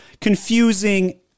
confusing